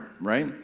right